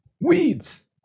weeds